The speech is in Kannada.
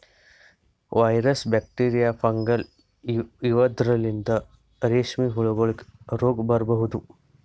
ವೈರಸ್, ಬ್ಯಾಕ್ಟೀರಿಯಾ, ಫಂಗೈ ಇವದ್ರಲಿಂತ್ ರೇಶ್ಮಿ ಹುಳಗೋಲಿಗ್ ರೋಗ್ ಬರಬಹುದ್